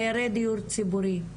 דיירי דיור ציבורי,